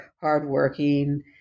hardworking